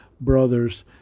brothers